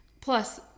Plus